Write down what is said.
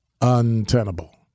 untenable